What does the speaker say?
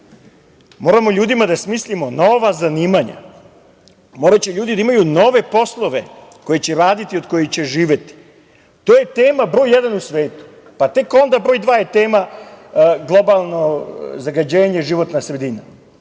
Moramo ljudima da smislimo nova zanimanja. Moraće ljudi da imaju nove poslove koje će raditi i od kojih će živeti. To je tema broj jedan u svetu, pa tek onda broj dva je tema globalno zagađenje, životna sredina.